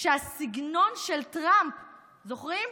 כשהסגנון של טראמפ זוכרים?